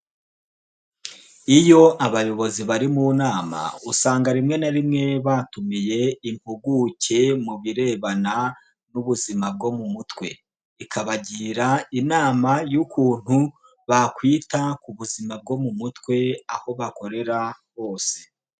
Iyo abayobozi bari mu nama, usanga rimwe na rimwe batumiye impuguke mu birebana n'ubuzima bwo mu mutwe, ikabagira inama y'ukuntu bakwita ku buzima bwo mu mutwe, aho bakorera hose.